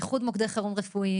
איחוד מוקדי חירום רפואי,